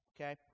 Okay